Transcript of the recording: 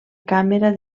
càmera